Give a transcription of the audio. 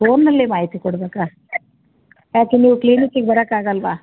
ಫೋನಿನಲ್ಲಿ ಮಾಹಿತಿ ಕೊಡಬೇಕಾ ಯಾಕೆ ನೀವು ಕ್ಲೀನಿಕ್ಕಿಗೆ ಬರೋಕ್ ಆಗೋಲ್ವಾ